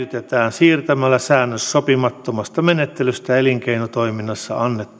siirtämällä säännös sopimattomasta menettelystä elinkeinotoiminnassa